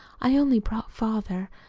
i only brought father,